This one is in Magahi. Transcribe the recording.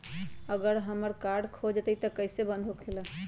अगर हमर कार्ड खो जाई त इ कईसे बंद होकेला?